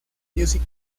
music